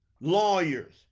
lawyers